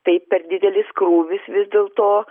tai per didelis krūvis vis dėl to